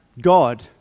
God